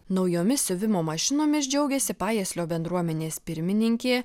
naujomis siuvimo mašinomis džiaugiasi pajieslio bendruomenės pirmininkė